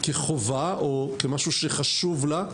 כחובה או כמשהו שחשוב לה,